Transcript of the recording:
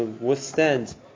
withstand